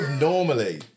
normally